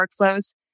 workflows